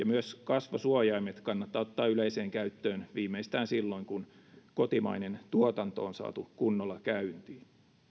myös kasvosuojaimet kannattaa ottaa yleiseen käyttöön viimeistään silloin kun kotimainen tuotanto on saatu kunnolla käyntiin